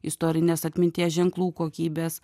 istorinės atminties ženklų kokybės